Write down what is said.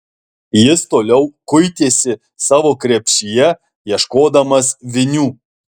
jis toliau kuitėsi savo krepšyje ieškodamas vinių